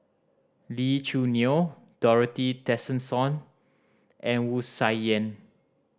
Lee Choo Neo Dorothy Tessensohn and Wu Tsai Yen